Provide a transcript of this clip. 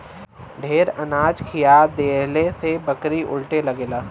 ढेर अनाज खिया देहले से बकरी उलटे लगेला